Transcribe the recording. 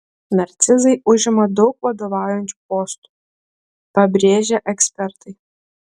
narcizai užima daug vadovaujančių postų pabrėžia ekspertai